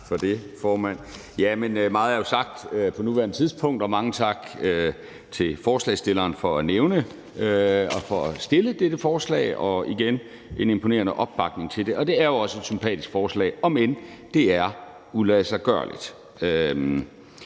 for det, formand. Meget er jo sagt på nuværende tidspunkt, og mange tak til forslagsstillerne for at stille dette forslag – og igen: en imponerende opbakning til det. Det er jo også et sympatisk forslag, om end det er uladsiggørligt.